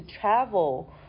travel